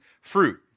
fruit